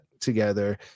together